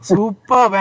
Super